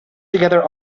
together